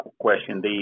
question